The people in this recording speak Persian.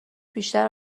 بیشتر